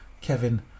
Kevin